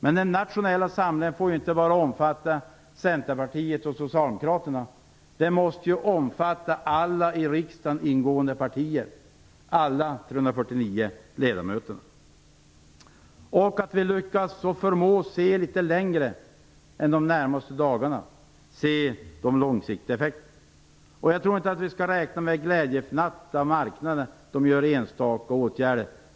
Men den nationella samlingen får inte bara omfatta Centerpartiet och Socialdemokraterna, utan den måste omfatta alla i riksdagen ingående partier, alla de 349 ledamöterna, och för den krävs också att vi förmår se litet längre än till de närmaste dagarna. Vi måste också se till de långsiktiga effekterna. Jag tror inte att vi skall räkna med glädjefnatt från marknaden på grund av enstaka åtgärder.